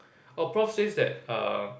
oh prof says that erm